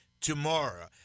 tomorrow